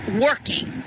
working